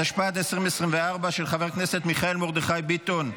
התשפ"ד 2024, של חבר הכנסת מיכאל מרדכי ביטון.